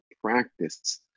practice